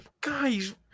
guys